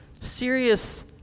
serious